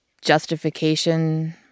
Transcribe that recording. justification